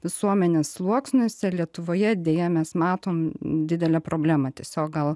visuomenės sluoksniuose lietuvoje deja mes matom didelę problemą tiesiog gal